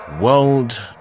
world